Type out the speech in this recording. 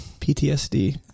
PTSD